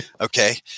Okay